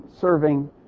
serving